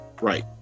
Right